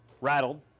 rattled